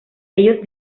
ellos